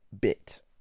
bit